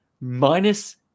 minus